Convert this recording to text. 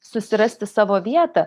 susirasti savo vietą